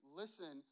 listen